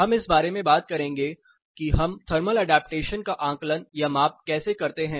हम इस बारे में बात करेंगे कि हम थर्मल ऐडप्टेशन का आकलन या माप कैसे करते हैं